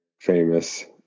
famous